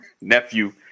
nephew